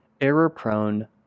error-prone